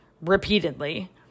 repeatedly